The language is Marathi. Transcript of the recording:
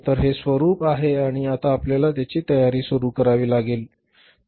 तर हे स्वरूप आहे आणि आता आपल्याला त्याची तयारी सुरू करावी लागेल